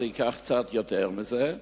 זה ייקח קצת יותר מזה,